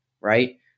right